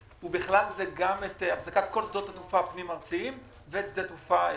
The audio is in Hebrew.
ובכלל זה גם את החזקת כל שדות התעופה הפנים-ארציים ואת שדה התעופה רמון.